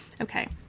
Okay